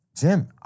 Jim